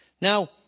Now